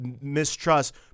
mistrust